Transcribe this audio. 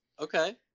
Okay